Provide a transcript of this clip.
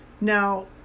Now